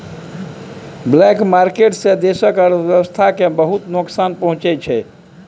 black market सँ देशक अर्थव्यवस्था केँ बहुत नोकसान पहुँचै छै